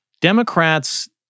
Democrats